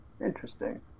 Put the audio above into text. Interesting